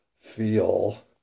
feel